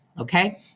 okay